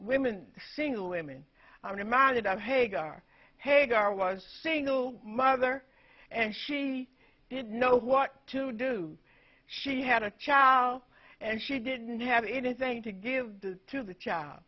women single women and a man that i'm hagar hagar was a single mother and she didn't know what to do she had a child and she didn't have anything to give the to the child